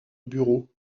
bureaux